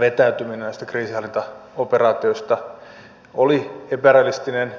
vetäytyminen näistä kriisinhallintaoperaatioista oli epärealistinen